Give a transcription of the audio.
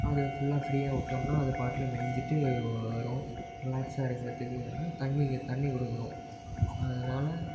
அது ஃபுல்லாக ஃப்ரீயாக விட்டோம்னா அது பாட்டில் மேஞ்சுட்டு வரும் ரிலாக்ஸ்ஸாக இருக்கிறத்துக்கு வந்து தண்ணி க தண்ணி கொடுக்கணும் அதனால